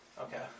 Okay